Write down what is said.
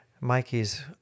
Mikey's